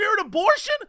abortion